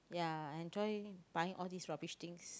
ya enjoy buying all these rubbish things